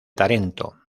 tarento